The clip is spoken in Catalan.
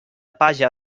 palla